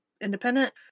independent